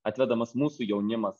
atvedamas mūsų jaunimas